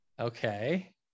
Okay